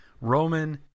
Roman